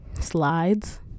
slides